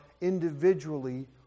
individually